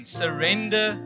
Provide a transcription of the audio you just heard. surrender